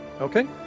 Okay